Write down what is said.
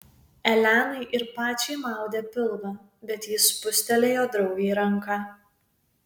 elenai ir pačiai maudė pilvą bet ji spustelėjo draugei ranką